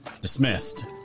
Dismissed